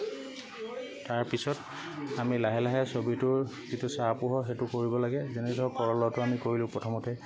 তাৰ পিছত আমি লাহে লাহে ছবিটোৰ যিটো ছাঁ পোহৰ সেইটো কৰিব লাগে যেনে ধৰক কলহটো আমি কৰিলোঁ প্ৰথমতে